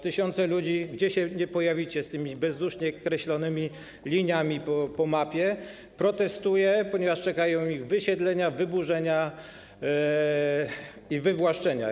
Tysiące ludzi, gdziekolwiek się pojawicie z tymi bezdusznie kreślonymi liniami po mapie, protestują, ponieważ czekają ich wysiedlenia, wyburzenia i wywłaszczenia.